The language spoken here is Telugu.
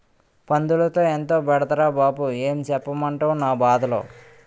పందులతో ఎంతో బెడదరా బాబూ ఏం సెప్పమంటవ్ నా బాధలు